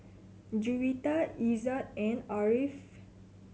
Juwita Izzat and Ariff